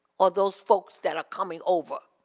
or those folks that are coming over.